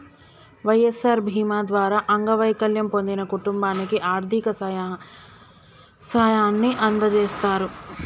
వై.ఎస్.ఆర్ బీమా ద్వారా అంగవైకల్యం పొందిన కుటుంబానికి ఆర్థిక సాయాన్ని అందజేస్తారు